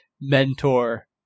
mentor